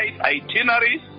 itineraries